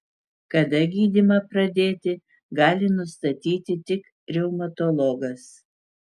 kada gydymą pradėti gali nustatyti tik reumatologas